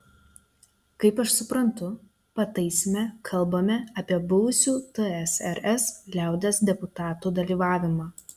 kaip aš suprantu pataisyme kalbame apie buvusių tsrs liaudies deputatų dalyvavimą